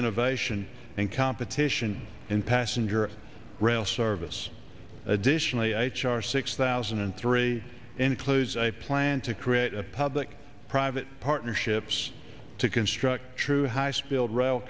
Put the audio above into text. innovation and competition in passenger rail service additionally h r six thousand and three includes a plan to create public private partnerships to construct true high skilled r